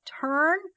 turn